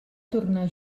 tornar